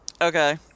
Okay